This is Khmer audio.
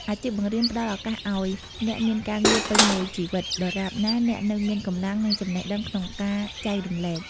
អាជីពបង្រៀនផ្តល់ឱកាសឱ្យអ្នកមានការងារធ្វើពេញមួយជីវិត ដរាបណាអ្នកនៅមានកម្លាំង និងចំណេះដឹងក្នុងការចែករំលែក។